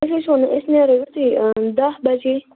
أسۍ حظ چھِ وَنان أسۍ نیرَو یوٚتُے دَہ بَجے